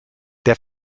der